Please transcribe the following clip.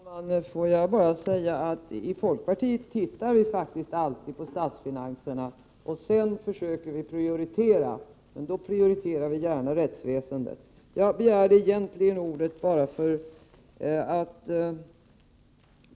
Herr talman! Får jag bara säga att vi i folkpartiet alltid tittar på 25 april 1989 statsfinanserna och sedan försöker prioritera, och vi prioriterar då gärna rättsväsendet.